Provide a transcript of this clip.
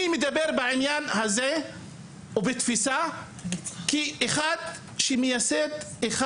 אני מדבר בעניין הזה ובתפיסה כאחד שמייסד אחד